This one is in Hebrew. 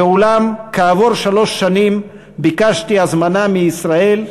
ואולם כעבור שלוש שנים ביקשתי הזמנה מישראל,